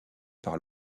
par